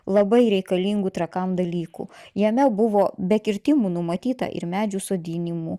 labai reikalingų trakam dalykų jame buvo be kirtimų numatyta ir medžių sodinimų